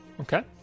Okay